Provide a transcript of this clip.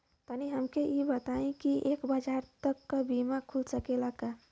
तनि हमके इ बताईं की एक हजार तक क बीमा खुल सकेला का?